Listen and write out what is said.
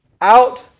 out